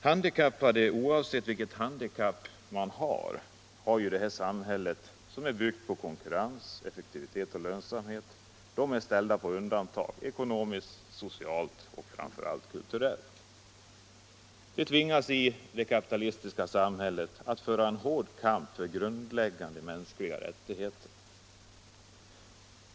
Handikappade, oavsett vilket handikapp de har, är ju i det här samhället, som är byggt på konkurrens, effektivitet och lönsamhet, ställda på undantag ekonomiskt, socialt och framför allt kulturellt. De tvingas i det kapitalistiska samhället föra en hård kamp för grundläggande mänskliga rättigheter.